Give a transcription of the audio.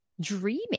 dreaming